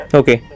okay